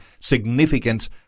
significant